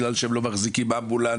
בגלל שהם לא מחזיקים אמבולנס.